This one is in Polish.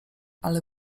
ale